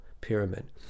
pyramid